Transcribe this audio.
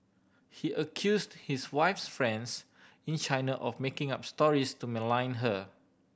he accused his wife's friends in China of making up stories to malign her